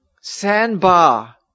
sandbar